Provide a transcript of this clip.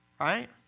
right